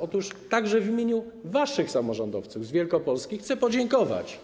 Otóż także w imieniu waszych samorządowców z Wielkopolski chcę podziękować